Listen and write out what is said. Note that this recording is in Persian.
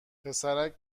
پسرک